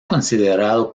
considerado